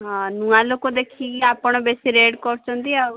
ହଁ ନୂଆଲୋକ ଦେଖିକି ଆପଣ ବେଶି ରେଟ୍ କରୁଛନ୍ତି ଆଉ